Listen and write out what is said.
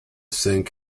sink